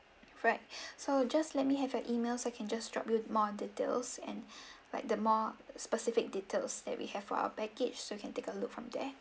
alright so just let me have your email so I can just drop you more details and like the more specific details that we have for our package so you can take a look from there